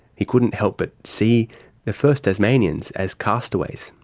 he couldn't help but see the first tasmanians as castaways,